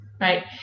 right